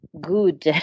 good